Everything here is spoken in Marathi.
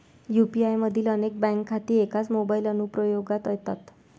यू.पी.आय मधील अनेक बँक खाती एकाच मोबाइल अनुप्रयोगात येतात